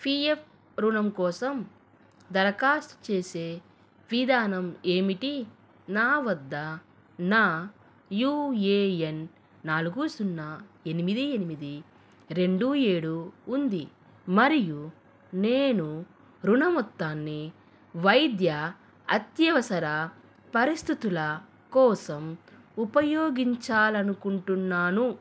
PF రుణం కోసం దరఖాస్తు చేసే విధానం ఏమిటి నా వద్ద నా యూఏఎన్ నాలుగు సున్నా ఎనిమిది ఎనిమిది రెండు ఏడు ఉంది మరియు నేను రుణ మొత్తాన్ని వైద్య అత్యవసర పరిస్థుతుల కోసం ఉపయోగించాలనుకుంటున్నాను